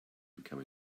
become